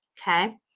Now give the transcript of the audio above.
Okay